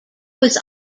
was